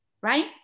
right